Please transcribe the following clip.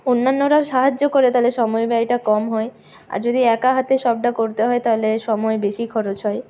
অন্যান্যরাও সাহায্য করে তাহলে সময় ব্যয়টা কম হয় আর যদি একা হাতে সবটা করতে হয় তাহলে সময় বেশি খরচ হয়